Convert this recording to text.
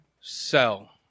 Sell